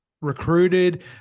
recruited